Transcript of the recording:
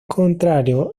contrario